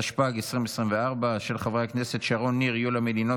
התשפ"ד 2024, של חבר הכנסת אחמד טיבי.